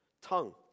tongue